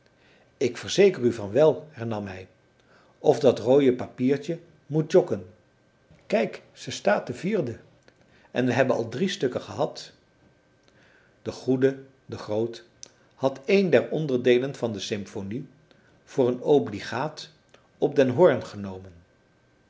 ik verzeker u van wel hernam hij of dat rooie papiertje moet jokken kijk ze staat de vierde en we hebben al drie stukken gehad de goede de groot had een der onderdeelen van de symphonie voor een obligaat op den hoorn genomen